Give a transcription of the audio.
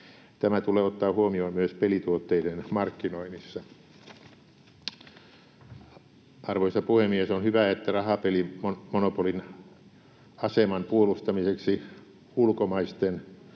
Tämä tulee ottaa huomioon myös pelituotteiden markkinoinnissa. Arvoisa puhemies! On hyvä, että rahapelimonopolin aseman puolustamiseksi ulkomaisten